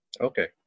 Okay